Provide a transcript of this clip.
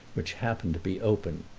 which happened to be open.